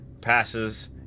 passes